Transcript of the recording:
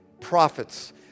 prophets